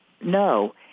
no